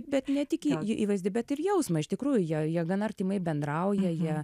bet ne tik į įvaizdį bet ir jausmą iš tikrųjų jie jie gana artimai bendrauja jie